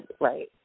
Right